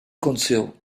aconteceu